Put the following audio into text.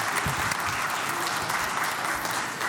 (מחיאות כפיים)